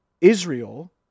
Israel